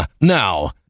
Now